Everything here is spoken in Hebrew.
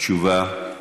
תשובה